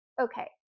okay